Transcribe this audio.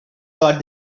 thought